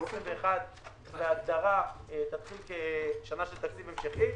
שנת 2021 בהגדרה תתחיל כשנה של תקציב המשכי.